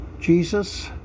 Jesus